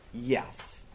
yes